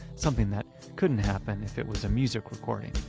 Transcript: something that couldn't happen if it was a music recording.